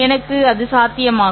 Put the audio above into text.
எனக்கு அது சாத்தியமாகும்